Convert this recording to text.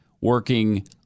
working